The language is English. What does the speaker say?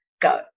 go